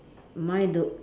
mine do~